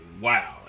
wow